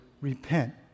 repent